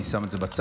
אני שם את זה בצד.